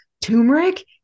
Turmeric